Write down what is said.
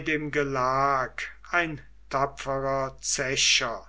dem gelag ein tapferer zecher